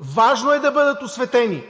Важно е да бъдат осветени